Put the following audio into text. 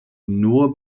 nur